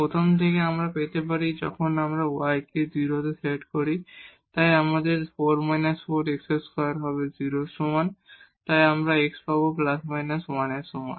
প্রথম থেকে এখন আমরা পেতে পারি যখন আমরা y কে 0 এ সেট করি তাই আমাদের 4−4 x2 হবে 0 এর সমান তাই আমরা x পাব ± 1 এর সমান